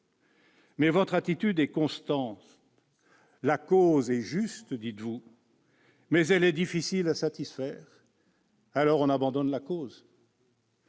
mais votre attitude est constante : la cause est juste, reconnaissez-vous, mais elle est difficile à satisfaire, alors abandonnons la cause.